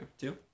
Two